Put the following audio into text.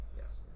Yes